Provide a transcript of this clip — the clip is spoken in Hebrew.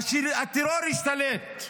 הטרור ישתלט,